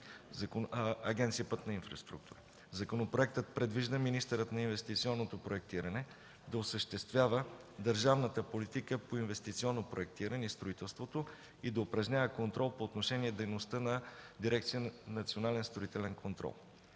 Агенция „Пътна инфраструктура”. Законопроектът предвижда министърът на инвестиционното проектиране да осъществява държавната политика по инвестиционно проектиране и строителството и да упражнява контрол по отношение дейността на дирекция „Национален строителен контрол”,